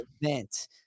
event